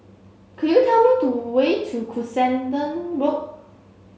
could you tell me do way to Cuscaden Road